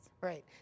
Right